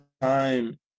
time